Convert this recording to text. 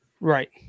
Right